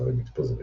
והזכרים מתפזרים.